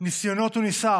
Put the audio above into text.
ניסיונות הוא ניסה